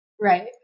Right